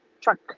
truck